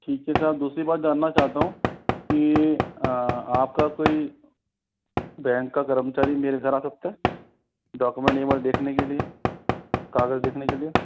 ठीक है साब दूसरी बात जानना चाहता हूँ कि आपका कोई बैंक का कर्मचारी मेरे घर आ सकता है डॉक्यूमेंट एक बार देखने के लिए कागज़ देखने के लिए